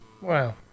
wow